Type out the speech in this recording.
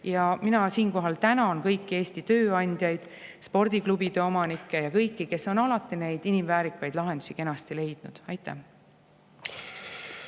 Ja mina siinkohal tänan kõiki Eesti tööandjaid, spordiklubide omanikke ja kõiki, kes on alati neid inimväärikaid lahendusi leidnud. Aitäh